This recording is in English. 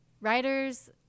writers